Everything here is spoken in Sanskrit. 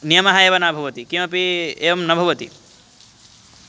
नियमः एव न भवति किमपि एवं न भवति